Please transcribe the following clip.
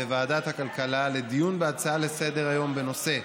ולוועדת הכלכלה תדון בהצעה לסדר-היום של חברת הכנסת